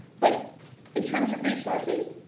but in terms of resources,